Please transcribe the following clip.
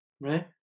right